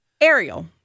Ariel